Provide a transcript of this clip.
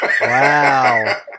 Wow